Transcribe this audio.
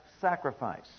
sacrifice